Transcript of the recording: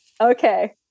Okay